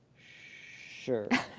sure.